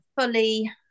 fully